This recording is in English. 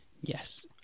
yes